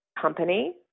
company